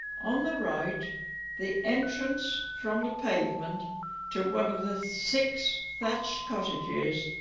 on the right the entrance from the pavement to one of the six thatched cottages.